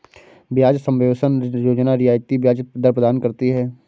ब्याज सबवेंशन योजना रियायती ब्याज दर प्रदान करती है